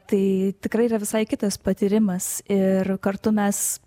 tai tikrai yra visai kitas patyrimas ir kartu mes